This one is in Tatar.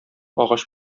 агач